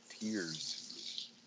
tears